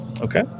okay